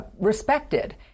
respected